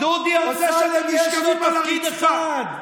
לדודי אמסלם יש תפקיד אחד.